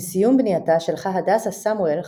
עם סיום בנייתה שלחה הדסה סמואל,